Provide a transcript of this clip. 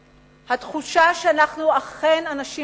התחושה שאנחנו אכן אנשים ריבוניים,